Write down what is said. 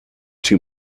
too